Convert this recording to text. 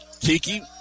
Kiki